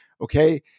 Okay